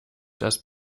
das